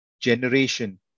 generation